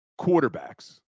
quarterbacks